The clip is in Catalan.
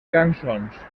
cançons